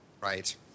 Right